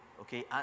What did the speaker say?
okay